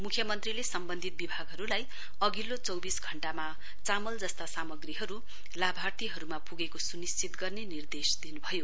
मुख्यमन्त्रीले सम्वन्धित विभागहरूलाई अघिल्लो चौविस घण्टामा चामल जस्ता सामग्रीहरू लाभार्थीहरूमा पुगेको सुनिश्चित गर्ने निर्देश दिनुभयो